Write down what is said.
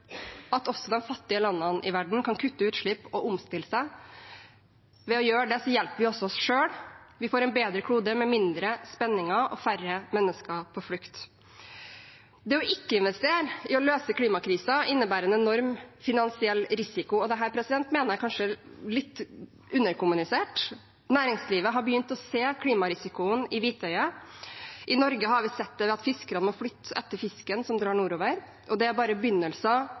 at også de fattige landene i verden kan kutte utslipp og omstille seg, hjelper vi også oss selv – vi får en bedre klode med mindre spenninger og færre mennesker på flukt. Det ikke å investere i å løse klimakrisen innebærer en enorm finansiell risiko. Dette mener jeg kanskje er litt underkommunisert. Næringslivet har begynt å se klimarisikoen i hvitøyet. I Norge har vi sett det ved at fiskerne må flytte etter fisken, som drar nordover. Det er bare